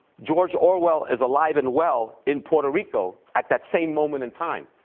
george orwell is alive and well in puerto rico at that same moment in time.